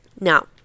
Now